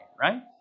right